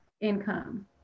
income